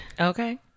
Okay